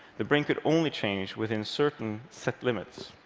the brain could only change within certain set limits.